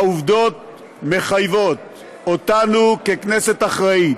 העובדות מחייבות אותנו, ככנסת אחראית,